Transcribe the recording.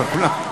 כבר כולם,